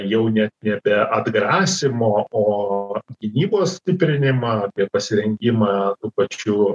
jau net nebe atgrasymo o gynybos stiprinimą apie pasirengimą tų pačių